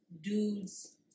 dudes